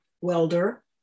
welder